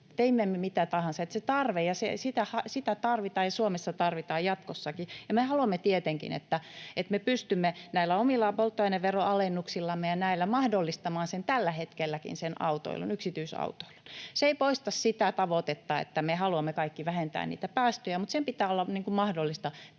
teimme me mitä tahansa, eli se tarve on, sitä tarvitaan Suomessa jatkossakin. Me haluamme tietenkin, että me pystymme näillä omilla polttoaineveron alennuksillamme ja muilla mahdollistamaan tällä hetkelläkin sen autoilun, yksityisautoilun. Se ei poista sitä tavoitetta, että me haluamme kaikki vähentää niitä päästöjä, mutta sen pitää olla mahdollista